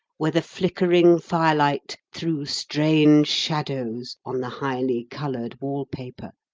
where the flickering fire-light threw strange shadows on the highly coloured wall-paper,